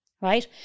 Right